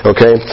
Okay